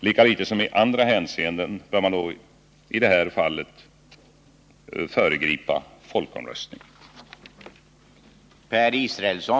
Lika litet som i andra hänseenden bör man dock i detta fall nu föregripa folkomröstningen.